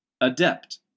Adept